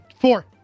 Four